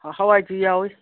ꯍꯋꯥꯏꯁꯨ ꯌꯥꯎꯏ